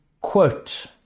quote